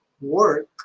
work